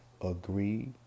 agree